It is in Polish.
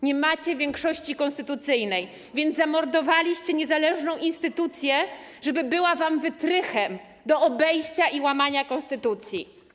Nie macie większości konstytucyjnej, więc zamordowaliście niezależną instytucję, żeby była wam wytrychem do obejścia i łamania konstytucji.